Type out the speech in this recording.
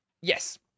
Yes